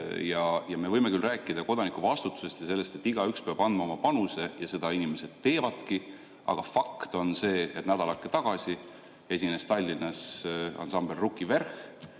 Me võime küll rääkida kodaniku vastutusest ja sellest, et igaüks peab andma oma panuse – ja seda inimesed teevadki –, aga fakt on see, et nädalake tagasi esines Tallinnas ansambel Ruki Vverh!,